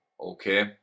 okay